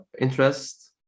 interest